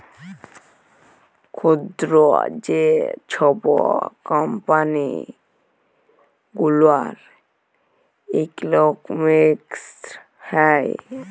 ক্ষুদ্র যে ছব কম্পালি গুলার ইকলমিক্স হ্যয়